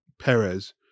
Perez